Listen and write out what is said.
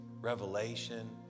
revelation